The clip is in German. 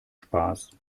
spaß